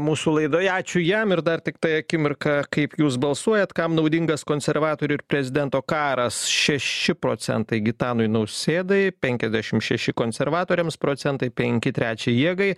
mūsų laidoje ačiū jam ir dar tiktai akimirką kaip jūs balsuojat kam naudingas konservatorių ir prezidento karas šeši procentai gitanui nausėdai penkiasdešim šeši konservatoriams procentai penki trečiai jėgai